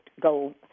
go